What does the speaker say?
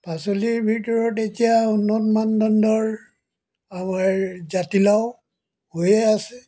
পাচলিৰ ভিতৰত এতিয়া উন্নত মানদণ্ডৰ আমাৰ জাতিলাও হৈয়ে আছে